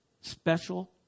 special